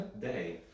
day